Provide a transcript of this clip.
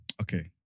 Okay